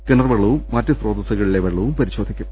കിണർവെള്ളവും മറ്റു സ്രോതസ്സുകളിലെ വെള്ളവും പരിശോധി ക്കും